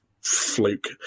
fluke